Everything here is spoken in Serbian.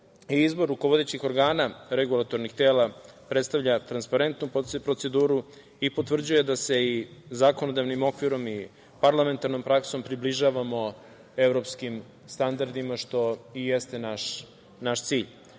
izbor rukovodećih organa regulatornih tela predstavlja transparentnu proceduru i potvrđuje da se i zakonodavnim okvirom i parlamentarnom praksom približavamo evropskim standardima, što i jeste naš